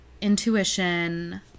intuition